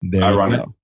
ironic